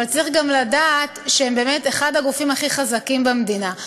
אבל צריך גם לדעת שזה אחד הגופים הכי חזקים במדינה.